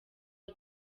www